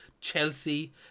Chelsea